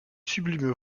sublime